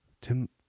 Tim